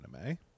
anime